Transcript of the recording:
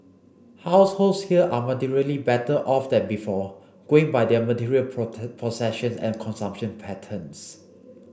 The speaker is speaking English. households here are materially better off than before going by their material possession and consumption patterns